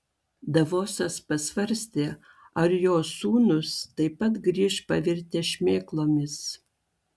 davosas pasvarstė ar jo sūnūs taip pat grįš pavirtę šmėklomis